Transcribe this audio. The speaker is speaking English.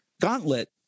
gauntlet